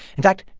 in fact,